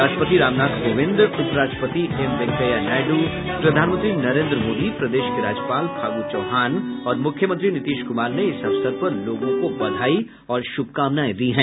राष्ट्रपति रामनाथ कोविंद उपराष्ट्रपति एम वेंकैया नायडू प्रधानमंत्री नरेन्द्र मोदी प्रदेश के राज्यपाल फागू चौहान और मुख्यमंत्री नीतीश कुमार ने इस अवसर पर लोगों को बधाई और शुभकामनाएं दी हैं